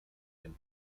him